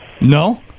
No